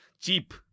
cheap